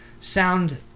sound